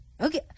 Okay